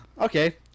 okay